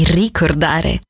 ricordare